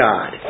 God